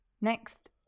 next